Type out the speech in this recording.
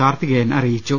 കാർത്തികേയൻ അറിയിച്ചു